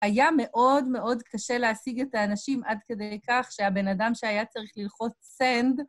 היה מאוד מאוד קשה להשיג את האנשים עד כדי כך שהבן אדם שהיה צריך ללחוץ סנד...